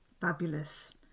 Fabulous